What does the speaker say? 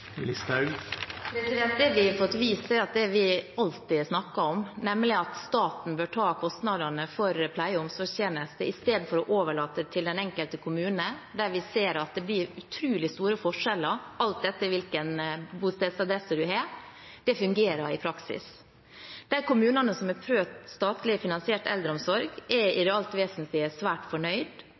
Det vi har fått vist, er at det vi alltid har snakket om, nemlig at staten bør ta kostnadene for pleie- og omsorgstjenester – i stedet for å overlate dem til den enkelte kommune, der vi ser at det blir utrolig store forskjeller alt etter hvilken bostedsadresse man har – fungerer i praksis. De kommunene som har prøvd statlig finansiert eldreomsorg, er i det alt vesentlige svært fornøyd.